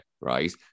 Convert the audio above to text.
right